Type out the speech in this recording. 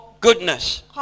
Goodness